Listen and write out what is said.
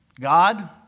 God